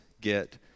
get